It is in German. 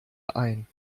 ein